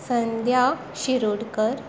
Sandhya Shirodkar